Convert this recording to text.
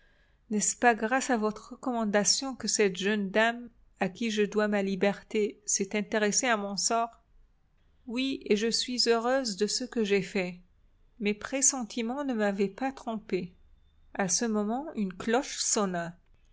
n'est-ce pas grâce à votre recommandation que cette jeune dame à qui je dois ma liberté s'est intéressée à mon sort oui et je suis heureuse de ce que j'ai fait mes pressentiments ne m'avaient pas trompée à ce moment une cloche sonna